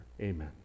Amen